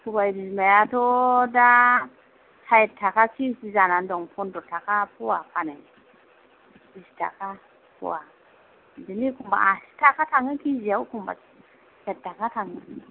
सबाइ बिमायाथ' दा साइत थाखा केजि जानानै दङ फन्द्र थाखा पवा फानो बिस थाखा पवा बिदिनो एखमबा आसि थाखा थांङो केजिआव एखमबा साइत थाखा थाङो